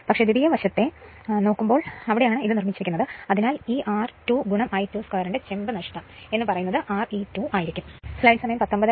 പക്ഷേ ദ്വിതീയ വശത്തെ പരിശോധിക്കുമ്പോൾ ഇതാണ് ചെമ്പ് നഷ്ടം ഇത് Re2 I2 2 ആണ് അത് തന്നെ Re2ആണ്